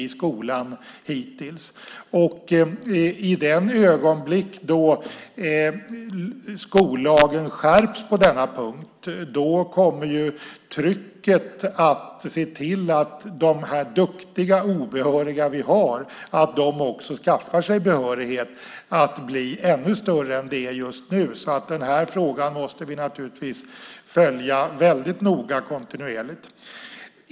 I det ögonblick då skollagen skärps på denna punkt kommer trycket att se till att de duktiga obehöriga som finns också skaffar sig behörighet. Trycket blir ännu större än det är just nu. Den här frågan måste vi naturligtvis följa noga kontinuerligt.